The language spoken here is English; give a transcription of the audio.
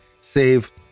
save